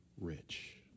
rich